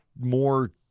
more